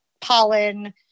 pollen